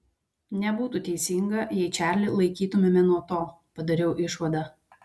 nebūtų teisinga jei čarlį laikytumėme nuo to padariau išvadą